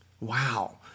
Wow